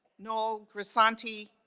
noel grisanti,